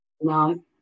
No